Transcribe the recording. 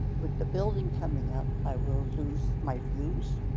with the building coming up, i will lose my views,